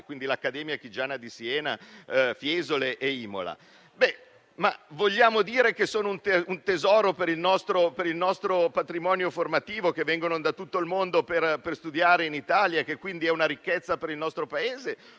e l'accademia di Imola. Vogliamo dire che sono un tesoro per il nostro patrimonio formativo, che vengono da tutto il mondo per studiare in Italia, e che quindi sono una ricchezza per il nostro Paese